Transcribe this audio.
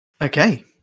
Okay